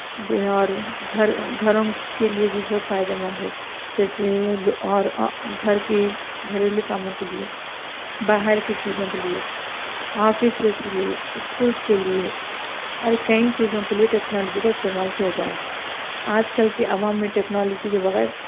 جے اور گھر گھروں کے لیے بھی بہت فائدہ مند ہے جیسے اور اور گھر کے گھریلو کاموں کے لیے باہر کی چیزوں کے لیے آفیسیز کے لیے اسکولس کے لیے اور کئی چیزوں کے لیے ٹیکنالوجی کا استعمال کیا جا رہا ہے آج کل کی عوام میں ٹیکنالوجی کے بغیر